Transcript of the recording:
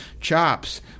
Chops